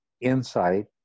insight